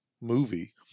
movie